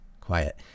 quiet